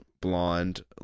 blonde